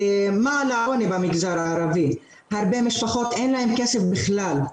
העוני במגזר הערבי, להרבה משפחות אין כסף בכלל,